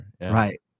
Right